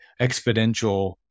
exponential